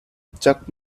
chuck